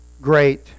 Great